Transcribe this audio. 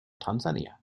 tansania